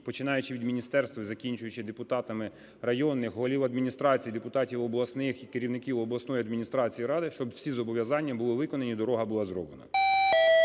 починаючи від міністерства і закінчуючи депутатами районних, голів адміністрацій, депутатів обласних і керівників обласної адміністрації ради, щоб всі зобов'язання були виконані і дорога була зроблена.